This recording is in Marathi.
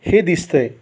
हे दिसत आहे